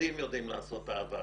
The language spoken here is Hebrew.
קיפודים יודעים לעשות אהבה.